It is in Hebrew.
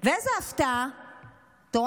ואיזו הפתעה, מטורף,